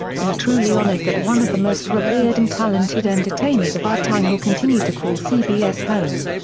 we are truly honored that one of the most revered and talented entertainers of our time will continue to call cbs home.